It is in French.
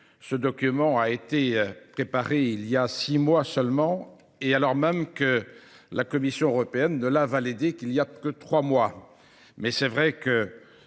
ce document a été préparé il y a six mois seulement et alors même que la Commission européenne ne l'a valédée qu'il y a que trois mois. Mais c'est vrai que